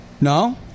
No